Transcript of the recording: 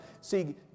See